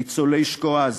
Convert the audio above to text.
ניצולי שואה,